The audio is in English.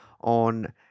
on